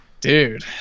Dude